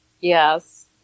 Yes